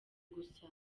gusa